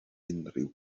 unrhyw